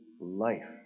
life